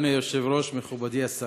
אדוני היושב-ראש, מכובדי השר,